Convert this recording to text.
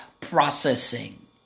processing